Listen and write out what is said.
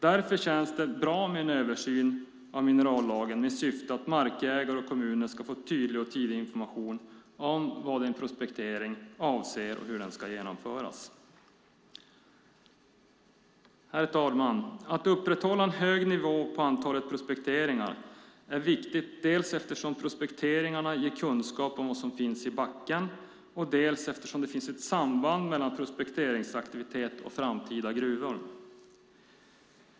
Därför känns det bra med en översyn av minerallagen i syfte att markägare och kommuner ska få tydlig och tidig information om vad en prospektering avser och hur den ska genomföras. Herr talman! Att upprätthålla en hög nivå på antalet prospekteringar är viktigt, dels eftersom prospekteringarna ger kunskap om vad som finns i marken, dels eftersom det finns ett samband mellan prospekteringsaktivitet och framtida gruvor.